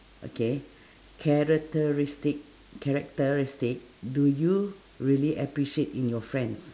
okay characteristic characteristic do you really appreciate in your friends